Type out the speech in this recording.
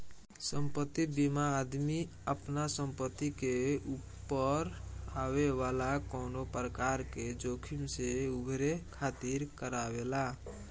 संपत्ति बीमा आदमी आपना संपत्ति के ऊपर आवे वाला कवनो प्रकार के जोखिम से उभरे खातिर करावेला